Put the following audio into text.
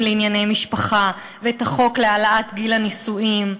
לענייני משפחה ואת החוק להעלאת גיל הנישואים.